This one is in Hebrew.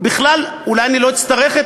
בכלל אולי אני לא אצטרך את